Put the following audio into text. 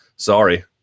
Sorry